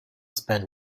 spent